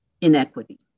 inequity